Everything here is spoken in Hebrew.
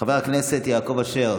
חבר הכנסת יעקב אשר,